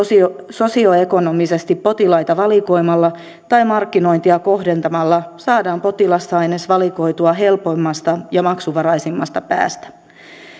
sosioekonomisesti potilaita valikoimalla tai markkinointia kohdentamalla saadaan potilasaines valikoitua helpoimmasta ja maksuvaraisimmasta päästä